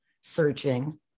searching